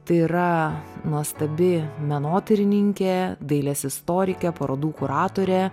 tai yra nuostabi menotyrininkė dailės istorikė parodų kuratorė